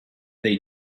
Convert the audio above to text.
they